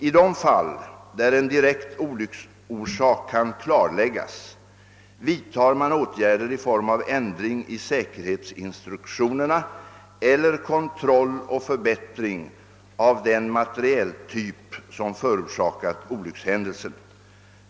I de fall där en direkt olycksorsak kan klarläggas vidtar man åtgärder i form av ändringar i säkerhetsinstruktionerna eller kontroll och förbättring av den materieltyp som förorsakat olyckshändelsen.